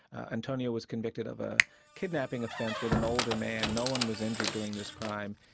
antonio was convicted of a kidnapping offence with an older man. no one was injured during this crime,